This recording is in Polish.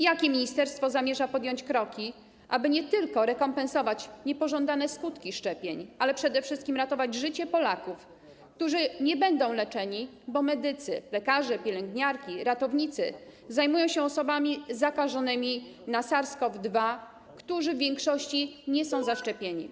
Jakie kroki zamierza podjąć ministerstwo, aby nie tylko rekompensować niepożądane skutki szczepień, ale przede wszystkim ratować życie Polaków, którzy nie będą leczeni, bo medycy - lekarze, pielęgniarki, ratownicy - zajmują się osobami zakażonymi SARS-CoV-2, które w większości nie są zaszczepione?